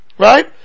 Right